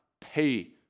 pay